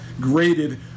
graded